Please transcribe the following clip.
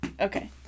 Okay